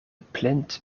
plint